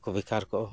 ᱵᱟᱠᱚ ᱵᱮᱠᱟᱨ ᱠᱚᱜᱼᱟ